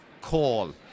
call